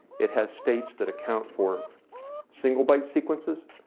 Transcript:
it has states that accounts for single byte sequences,